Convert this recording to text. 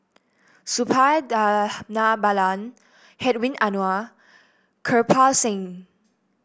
Suppiah Dhanabalan Hedwig Anuar Kirpal Singh